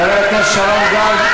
חבר הכנסת שרון גל,